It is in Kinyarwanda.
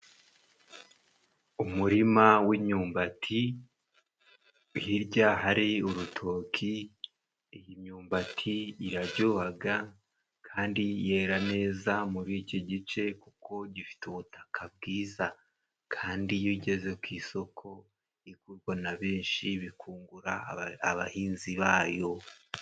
Umurima w'imyumbati hirya hari urutoki iyi myumbati iraryohaga kandi yera neza muri iki gice kuko gifite ubutaka bwiza kandi iyo ugeze ku isoko igurwa na benshi bikungura abahinzi bayo.